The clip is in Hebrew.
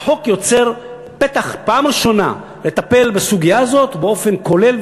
החוק יוצר פתח פעם ראשונה לטפל בסוגיה הזאת באופן כולל,